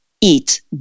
eat